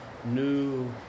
new